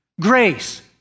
Grace